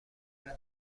دوتا